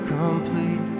complete